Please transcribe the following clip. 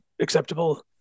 acceptable